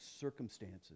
circumstances